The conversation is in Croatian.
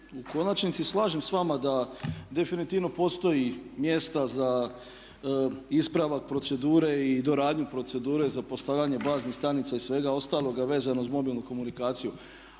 u konačnici slažem sa vama da definitivno postoji mjesta za ispravak procedure i doradnju procedure za postavljanje baznih stanica i svega ostaloga vezano uz mobilnu komunikaciju.